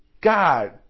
God